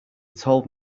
told